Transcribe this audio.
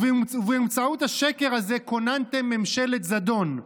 ובאמצעות השקר הזה כוננתם ממשלת זדון.